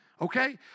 okay